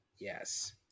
Yes